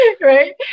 Right